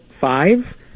five